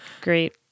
great